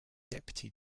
deputy